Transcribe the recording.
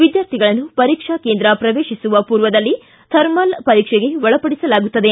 ವಿದ್ಯಾರ್ಥಿಗಳನ್ನು ಪರೀಕ್ಷಾ ಕೇಂದ್ರ ಪ್ರವೇಶಿಸುವ ಪೂರ್ವದಲ್ಲಿ ಥರ್ಮಲ್ ಪರೀಕ್ಷೆಗೆ ಒಳಪಡಿಸಲಾಗುತ್ತಿದೆ